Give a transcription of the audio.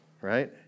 right